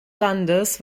landes